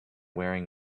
wearing